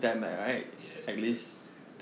yes yes